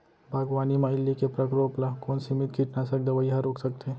बागवानी म इल्ली के प्रकोप ल कोन सीमित कीटनाशक दवई ह रोक सकथे?